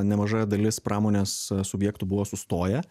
nemaža dalis pramonės subjektų buvo sustoję